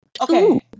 Okay